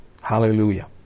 Hallelujah